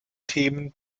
themen